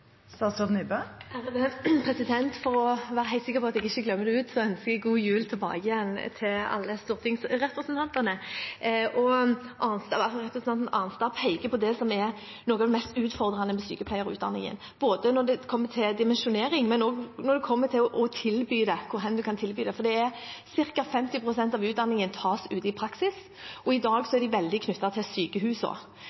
For å være helt sikker på at jeg ikke glemmer det, så ønsker jeg god jul tilbake til alle stortingsrepresentantene. Representanten Arnstad peker på det som er noe av det mest utfordrende med sykepleierutdanningen, både når det gjelder dimensjonering, og også når det gjelder hvor man kan tilby dette. Det er ca. 50 pst. av utdanningen som tas ute i praksis, og i dag